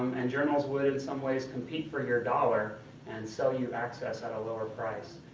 um and journals would in some ways compete for your dollar and sell you access at a lower price.